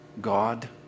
God